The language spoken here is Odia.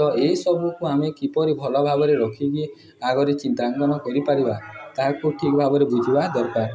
ତ ଏସବୁକୁ ଆମେ କିପରି ଭଲ ଭାବରେ ରଖିକି ଆଗରେ ଚିତ୍ରାଙ୍କନ କରିପାରିବା ତାହାକୁ ଠିକ୍ ଭାବରେ ବୁଝିବା ଦରକାର